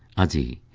id